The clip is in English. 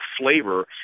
flavor